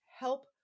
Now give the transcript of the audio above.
help